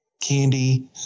candy